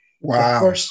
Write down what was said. Wow